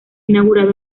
inaugurado